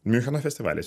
miuncheno festivalis